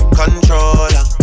controller